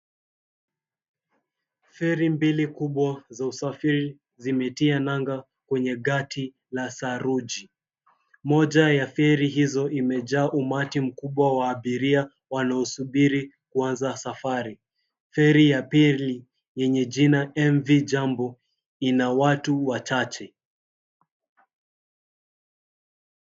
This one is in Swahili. Feri mbili kubwa za usafiri zimetia nanga kwenye gati la saruji. Moja ya feri hizo imejaa umati mkubwa wa abiria wanaosubiri kuanza safari. Feri ya pili yenye jina MV Jambo ina watu wachache.